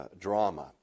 drama